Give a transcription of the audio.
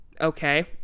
Okay